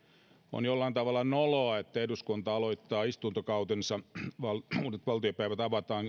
on jollain tavalla noloa että eduskunta aloittaa istuntokautensa ja avataan